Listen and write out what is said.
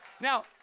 Now